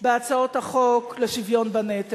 בהצעות החוק לשוויון בנטל.